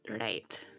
right